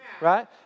Right